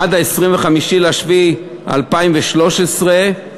עד 25 ביולי 2013,